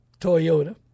Toyota